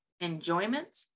enjoyment